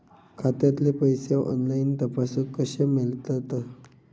खात्यातले पैसे ऑनलाइन तपासुक कशे मेलतत?